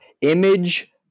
image